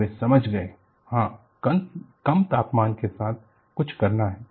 तो वे समझ गए हाँ कम तापमान के साथ कुछ करना है